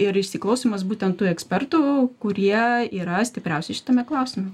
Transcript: ir įsiklausymas būtent tų ekspertų kurie yra stipriausi šitame klausime